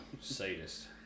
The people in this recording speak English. sadist